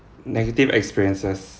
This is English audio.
negative experiences